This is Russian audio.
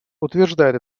утверждает